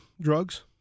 drugs